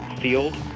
field